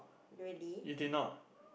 really